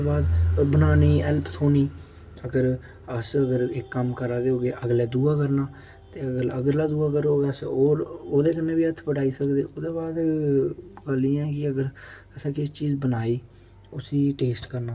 ओह्दे बाद बनाने गी हैल्प थोह्नी अगर अस अगर इक कम्म करा दे होगे अगले दूआ करना ते अगर अगला दूआ करग अस ओह् ओह्दे कन्नै बी हत्थ बटाई सकदे ओह्दे बाद अगले गी जियां कि अगर असें चीज बनाई उसी टेस्ट करना